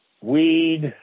weed